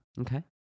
Okay